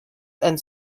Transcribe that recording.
and